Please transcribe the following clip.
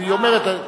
אה.